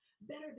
better